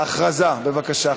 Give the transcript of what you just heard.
הודעה, בבקשה.